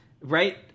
right